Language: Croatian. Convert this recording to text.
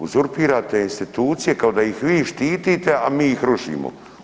Uzurpirate institucije kao da ih vi štitite, a mi ih rušimo.